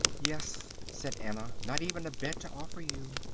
yes, said anna, not even a bed to offer you,